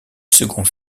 second